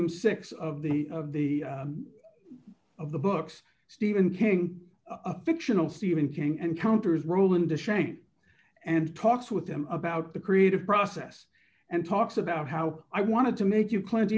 volume six of the of the of the books stephen king a fictional stephen king and counters roland ashamed and talks with them about the creative process and talks about how i wanted to make you clint